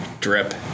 Drip